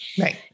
Right